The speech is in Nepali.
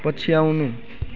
पछ्याउनु